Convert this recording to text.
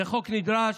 זה חוק נדרש,